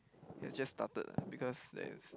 has just started ah because there's